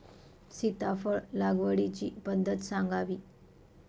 सीताफळ लागवडीची पद्धत सांगावी?